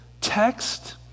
text